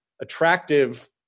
attractive